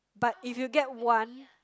but if you get one